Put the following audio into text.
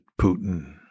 putin